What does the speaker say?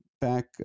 back